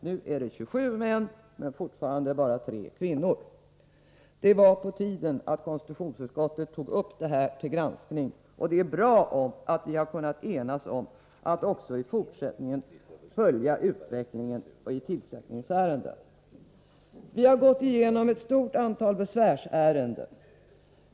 Nu är det 27 män och fortfarande bara 3 kvinnor. Det var på tiden att konstitutionsutskottet tog upp detta till granskning, och det är bra att vi har kunnat enas om att också i fortsättningen följa utvecklingen i tillsättningsärenden. Vi har gått igenom ett stort antal besvärsärenden.